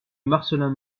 marcellin